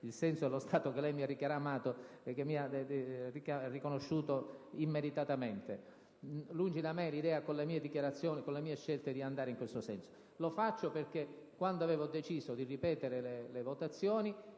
il senso dello Stato che lei mi ha riconosciuto, immeritatamente. Lungi da me l'idea, con le mie dichiarazioni e le mie scelte, di andare in questo senso. Lo faccio perché, quando avevo deciso di ripetere le votazioni,